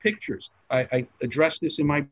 pictures i addressed this in my